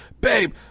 babe